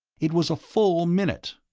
it was a full minute,